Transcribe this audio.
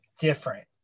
different